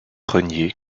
renié